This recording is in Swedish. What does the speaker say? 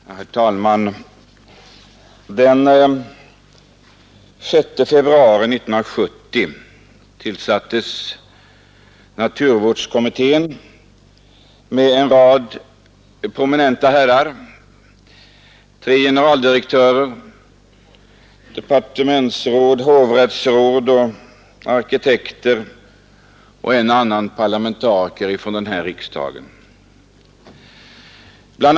Herr talman! Den 6 februari 1970 tillsattes naturvårdskommittén med en rad prominenta ledamöter — tre generaldirektörer, departementsråd, hovrättsråd och arkitekter — och en och annan parlamentariker. Bl.